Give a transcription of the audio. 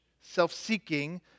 self-seeking